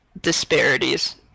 disparities